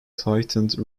tightened